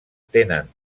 tenen